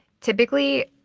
Typically